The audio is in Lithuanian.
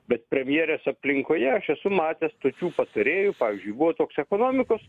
bet premjerės aplinkoje aš esu matęs tokių patarėjų pavyzdžiui buvo toks ekonomikos